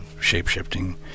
shape-shifting